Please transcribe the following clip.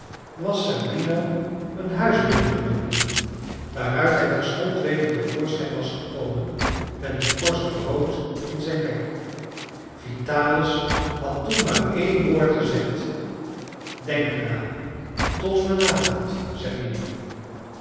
was zerbino een huis binnengeloopen waaruit hij terstond weder te voorschijn was gekomen met een korst brood in zijn bek vitalis had toen maar één woord gezegd denk er aan tot vanavond zerbino